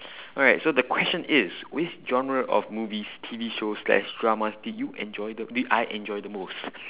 alright so the question is which general of movies T_V shows extra drama show did you enjoy did you did I enjoy the most